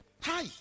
Hi